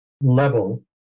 level